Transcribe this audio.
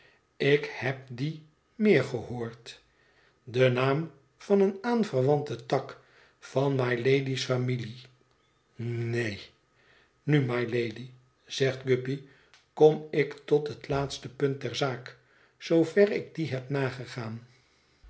ik neb dien meer gehoord de naam van een aanverwanten tak van mylady's familie neen nu rnylady zegt guppy kom ik tot het laatste punt der zaak zoover ik die heb nagegaan